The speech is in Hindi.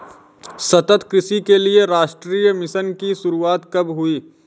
सतत कृषि के लिए राष्ट्रीय मिशन की शुरुआत कब हुई?